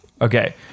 Okay